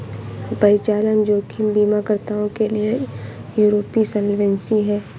परिचालन जोखिम बीमाकर्ताओं के लिए यूरोपीय सॉल्वेंसी है